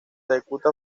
ejecuta